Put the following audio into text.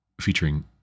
featuring